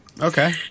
Okay